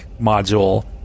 module